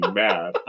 mad